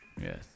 Yes